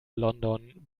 london